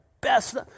best